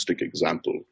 example